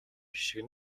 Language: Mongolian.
хишиг